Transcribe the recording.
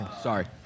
Sorry